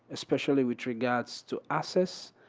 especially with regards to access.